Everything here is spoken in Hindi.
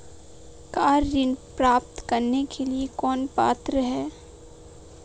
कार ऋण प्राप्त करने के लिए कौन पात्र है?